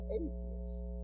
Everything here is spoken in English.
atheist